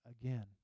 again